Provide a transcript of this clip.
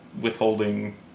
withholding